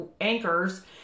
anchors